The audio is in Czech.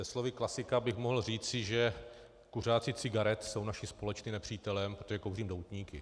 Slovy klasika bych mohl říci, že kuřáci cigaret jsou naším společným nepřítelem, protože kouřím doutníky.